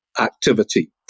activity